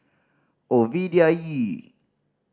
Ovidia E